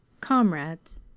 Comrades